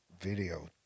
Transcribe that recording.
video